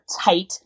tight